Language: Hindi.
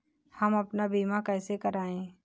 हम अपना बीमा कैसे कराए?